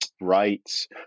rights